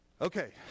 okay